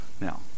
Now